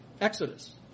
Exodus